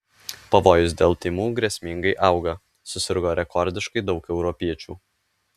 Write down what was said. pavojus dėl tymų grėsmingai auga susirgo rekordiškai daug europiečių